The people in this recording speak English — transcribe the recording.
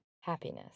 happiness